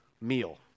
meal